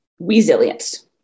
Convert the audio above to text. Resilience